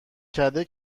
کرده